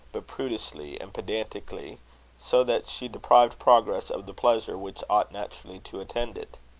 but prudishly and pedantically so that she deprived progress of the pleasure which ought naturally to attend it.